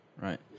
Right